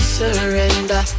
surrender